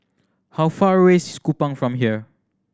how far away is Kupang from here